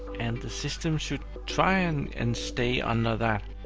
and the system should try and and stay under that,